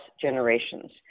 Generations